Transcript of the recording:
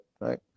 right